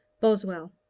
Boswell